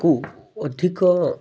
କୁ ଅଧିକ